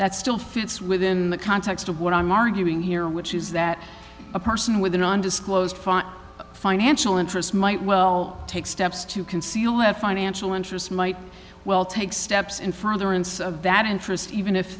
that still fits within the context of what i'm arguing here which is that a person with an undisclosed financial interest might well take steps to conceal have financial interest might well take steps in furtherance of that interest even if